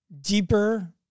deeper